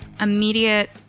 Immediate